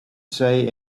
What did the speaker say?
say